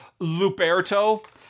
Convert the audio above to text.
Luperto